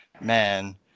man